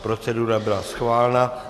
Procedura byla schválena.